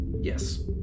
Yes